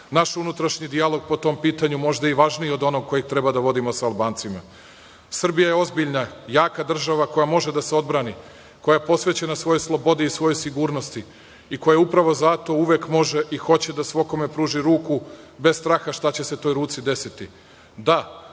Naš unutrašnji dijalog po tom pitanju je možda važniji od onog koji treba da vodimo sa Albancima. Srbija je ozbiljna, jaka država koja može da se odbrani, koja je posvećena svojoj slobodi i svojoj sigurnosti i koja upravo zato uvek može i hoće svakome da pruži ruku, bez straha šta će se toj ruci desiti.